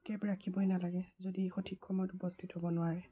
cab ৰাখিবই নালাগে যদি এই সঠিক সময়ত উপস্থিত হ'ব নোৱাৰে